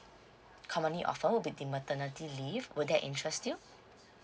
company offer will be the maternity leave will that interest you